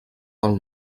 del